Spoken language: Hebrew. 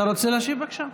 אתה רוצה להשיב, בבקשה?